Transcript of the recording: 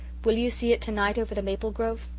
will you see it tonight over the maple grove?